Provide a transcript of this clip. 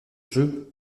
jeu